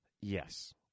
Yes